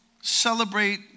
celebrate